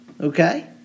Okay